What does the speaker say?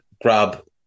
grab